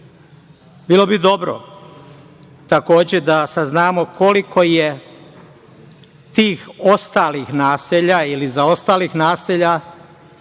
bi dobro, takođe, da saznamo koliko je tih ostalih naselja, ili zaostalih naselja,